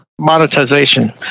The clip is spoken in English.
monetization